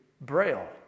Braille